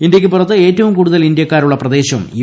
ഇന്ത്യക്കു പുറത്ത് ഏറ്റവും കൂടുതൽ ഇന്ത്യാക്കാരുള്ള് പ്രദേശവും യു